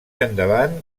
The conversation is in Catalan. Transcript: endavant